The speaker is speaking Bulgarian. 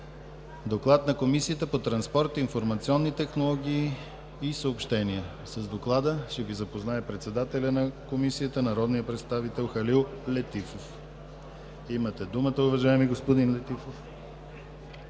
доклада на Комисията по транспорт, информационни технологии и съобщения ще ни запознае председателят на Комисията – народният представител Халил Летифов. Имате думата, уважаеми господин Летифов.